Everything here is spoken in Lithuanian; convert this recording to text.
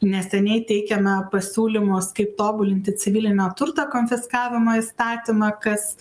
neseniai teikėme pasiūlymus kaip tobulinti civilinio turto konfiskavimo įstatymą kas